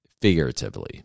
figuratively